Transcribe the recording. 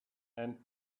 and